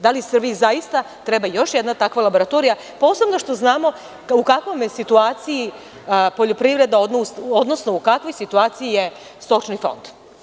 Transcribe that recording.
Da li Srbiji zaista treba još jedna takva laboratorija, posebno što znamo u kakvoj je situaciji poljoprivreda, odnosno u kakvoj situaciji je stočni fond.